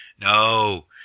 no